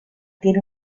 tiene